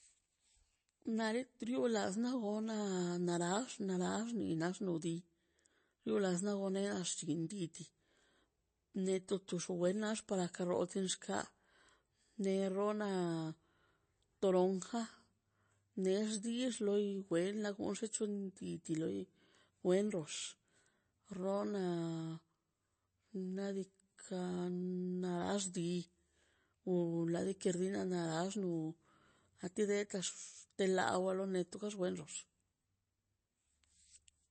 Na li trola na las na las ni nax nudi lo las nogane rchibin dit netu ne tu xwenax tu para ka duna kixnat nerona toronja nexdi loi wen la ruch loi diti loi wen dox rona nadika narax di onla rikrinina nax nu anti dexna te la wa la anti dexka walxux